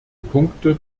punkte